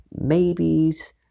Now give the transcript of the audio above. maybes